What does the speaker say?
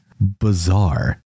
bizarre